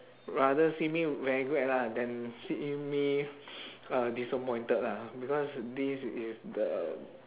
rather see me very glad lah than see me uh disappointed lah because this is the